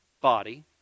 body